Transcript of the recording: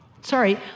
Sorry